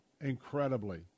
incredibly